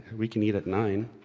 we can eat at nine.